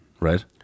Right